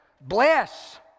bless